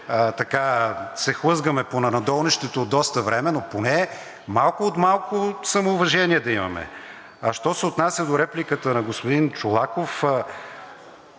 се хлъзгаме по надолнището от доста време, но поне малко от малко самоуважение да имаме. Що се отнася до репликата на господин Чолаков,